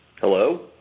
Hello